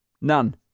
None